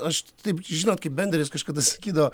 aš taip žinot kaip benderis kažkada sakydavo